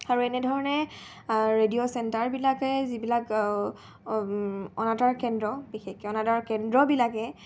আৰু এনেধৰণে ৰেডিঅ' চেণ্টাৰবিলাকে যিবিলাক অনাতাৰ কেন্দ্ৰ বিশেষকৈ অনাতাৰ কেন্দ্ৰবিলাকে